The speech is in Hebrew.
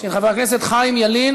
של חבר הכנסת חיים ילין